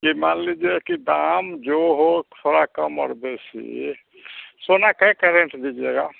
कि मान लीजिए कि दाम जो हो थोड़ा कम और बेसी सोना कै कैरेट दीजिएगा